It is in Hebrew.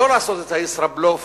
לא לעשות את הישראבלוף